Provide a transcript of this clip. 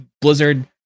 Blizzard